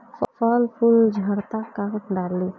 फल फूल झड़ता का डाली?